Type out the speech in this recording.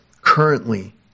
currently